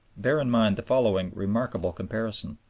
bear in mind the following remarkable comparison.